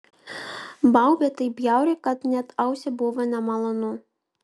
baubė taip bjauriai kad net ausiai buvo nemalonu